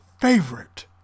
favorite